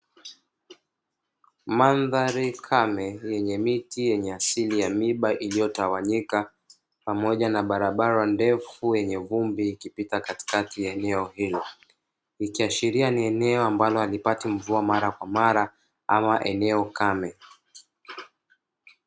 Mandhari kame yenye miti yenye asili ya miba iliyo tawanyika, pamoja na barabara ndefu yenye vumbi ikipita katikati ya eneo hilo, ikiashiria ni eneo ambalo halipati nvua mara kwa mara ama eneo kame.